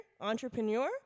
entrepreneur